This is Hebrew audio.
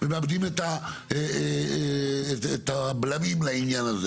וברוב המקרים שבהם יש דיון בנושא ההתיישבות הבדואית,